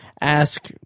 ask